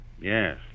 Yes